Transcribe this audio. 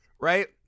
Right